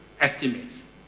estimates